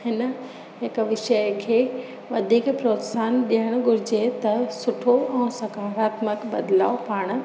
हिन हिकु विषय खे वधीक प्रोत्साहन ॾियणु घुरिजे त सुठो ऐं सकारात्मक बदिलाउ पाणि